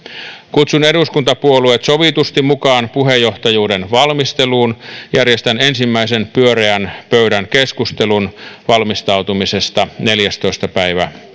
kutsun eduskuntapuolueet sovitusti mukaan puheenjohtajuuden valmisteluun järjestän ensimmäisen pyöreän pöydän keskustelun valmistautumisesta neljästoista päivä